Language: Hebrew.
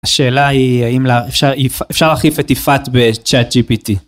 השאלה היא האם אפשר להחליף את יפעת בצ'אט ג'י פי טי.